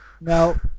No